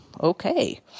okay